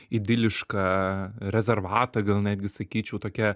idilišką rezervatą gal netgi sakyčiau tokią